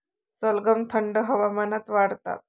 सलगम थंड हवामानात वाढतात